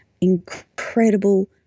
incredible